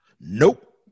Nope